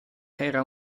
era